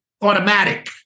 automatic